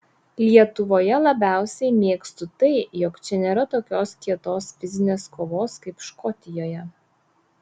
lietuvoje labiausiai mėgstu tai jog čia nėra tokios kietos fizinės kovos kaip škotijoje